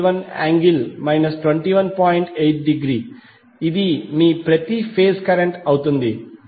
8° ఇది మీ ప్రతి ఫేజ్ కరెంట్ అవుతుంది